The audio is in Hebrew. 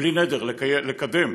בלי נדר, לקדם